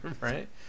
Right